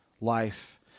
life